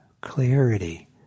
clarity